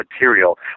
material